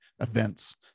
events